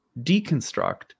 deconstruct